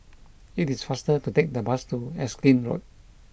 it is faster to take the bus to Erskine Road